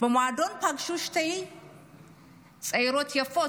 במועדון הם פגשו שתי צעירות יפות,